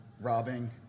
robbing